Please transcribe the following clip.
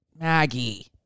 Maggie